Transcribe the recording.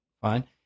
Fine